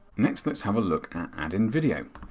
next, let's have a look at add in video.